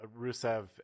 rusev